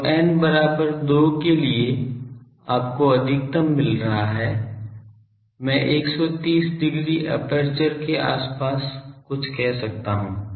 तो n बराबर 2 के लिए आपको अधिकतम मिल रहा है मैं 130 डिग्री एपर्चर के आसपास कुछ कह सकता हूं